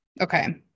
Okay